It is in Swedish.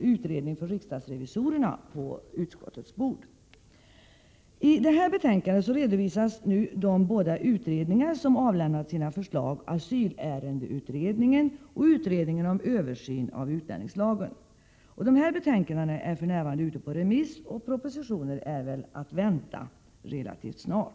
utredning från riksdagsrevisorerna på utskottets bord. I det här betänkandet redovisas de båda utredningar som avlämnat sina förslag, asylärendeutredningen och utredningen om översyn av utlänningslagen. Dessa betänkanden är för närvarande ute på remiss, och propositioner är väl att vänta relativt snart.